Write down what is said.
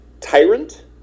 Tyrant